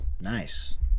Nice